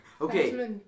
Okay